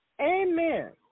Amen